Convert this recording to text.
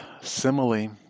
simile